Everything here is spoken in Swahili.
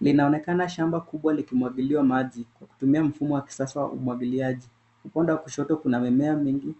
Inaonekana kuwa ni shamba kubwa linalomwagiliwa maji kwa kutumia mfumo wa kisasa wa umwagiliaji. Upande wa kushoto kuna mimea mingi yenye